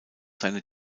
seine